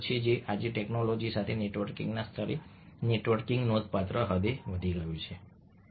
અને આજે ટેક્નોલોજી સાથે નેટવર્કિંગના સ્તરે નેટવર્કિંગ નોંધપાત્ર હદે વધી ગયું છે